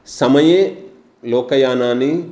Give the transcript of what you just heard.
समये लोकयानानि